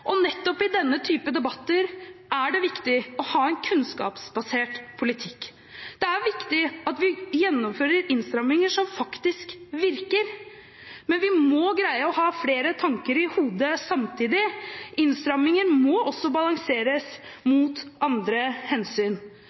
Og nettopp i denne type debatter er det viktig å ha en kunnskapsbasert politikk. Det er viktig at vi gjennomfører innstramminger som faktisk virker, men vi må greie å ha flere tanker i hodet samtidig. Innstrammingene må også balanseres mot andre hensyn.